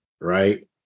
right